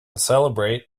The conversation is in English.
celebrate